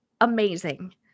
Amazing